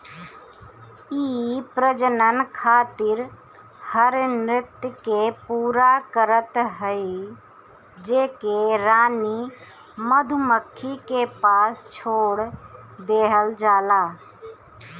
इ प्रजनन खातिर हर नृत्य के पूरा करत हई जेके रानी मधुमक्खी के पास छोड़ देहल जाला